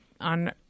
on